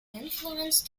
influence